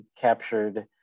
captured